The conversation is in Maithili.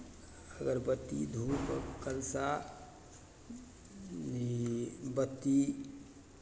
अगरबत्ती धूप कलशा ई बत्ती